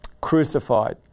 Crucified